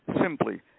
Simply